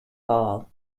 hall